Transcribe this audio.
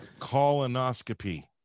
colonoscopy